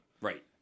right